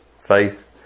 faith